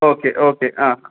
okay okay ആ